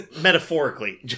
metaphorically